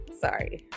sorry